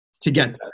together